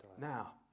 Now